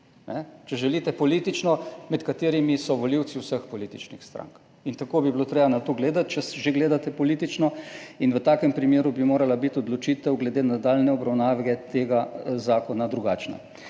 če želite, politično, med katerimi so volivci vseh političnih strank. In tako bi bilo treba na to gledati, če že gledate politično, in v takem primeru bi morala biti odločitev glede nadaljnje obravnave tega zakona drugačna.